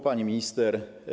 Pani Minister!